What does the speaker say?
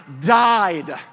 died